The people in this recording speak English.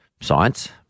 science